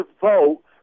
vote